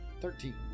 Thirteen